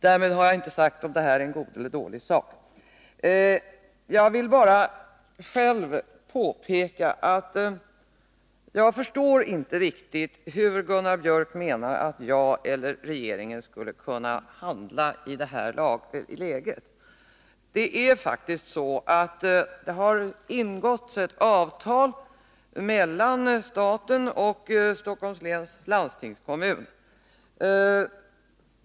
Därmed har jag inte sagt om det här är en god eller dålig sak. Jag förstår inte riktigt hur Gunnar Biörck menar att jag eller regeringen skulle kunna handla i det här läget. Det har ingåtts ett avtal mellan staten och Stockholms läns landstingskommun.